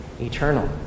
eternal